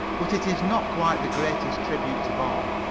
but it is not quite the greatest tribute of all.